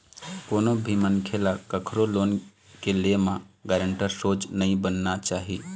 कोनो भी मनखे ल कखरो लोन के ले म गारेंटर सोझ नइ बनना चाही